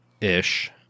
ish